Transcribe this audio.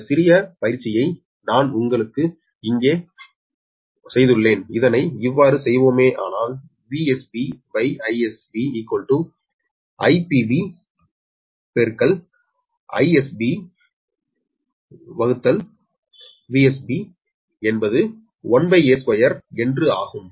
அந்த சிறிய ற்பயிற்சியை நான் இங்கே வலது புறத்தில் செய்தேன்எனவே இதனை இவ்வாறு செய்வோமேயானால் VsBIsBVpBIpBIsBVsB அதாவது ZpBZsB என்பது 1a2 என்று ஆகும்